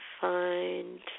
find